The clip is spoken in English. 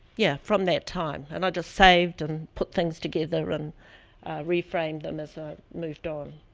yeah, from that time. and i just saved and put things together, and reframed them as i moved on.